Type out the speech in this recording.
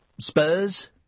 Spurs